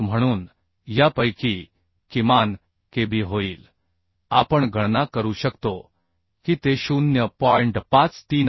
1 म्हणून यापैकी किमान kb होईल आपण गणना करू शकतो की ते 0